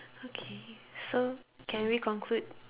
okay so can we conclude